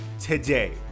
Today